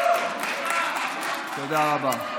תודה רבה.